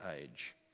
age